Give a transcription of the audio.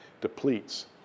depletes